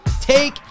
Take